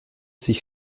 sich